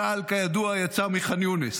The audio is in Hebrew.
צה"ל, כידוע, יצא מחאן יונס.